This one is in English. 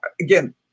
again